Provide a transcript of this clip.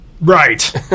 Right